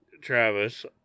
Travis